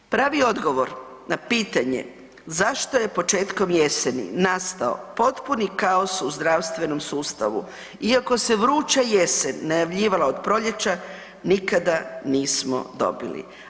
Pravi odgovor na pitanje zašto je početkom jeseni nastao potpuni kaos u zdravstvenom sustavu iako se vruća jesen najavljivala od proljeća, nikada nismo dobili.